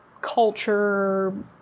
culture